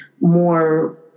more